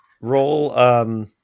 roll